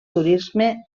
turisme